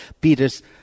Peter's